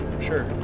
Sure